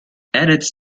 edits